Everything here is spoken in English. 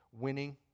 winning